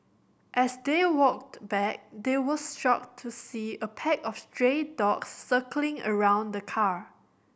as they walked back they were shocked to see a pack of stray dogs circling around the car